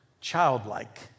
childlike